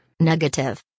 negative